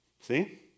See